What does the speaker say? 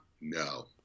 No